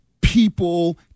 people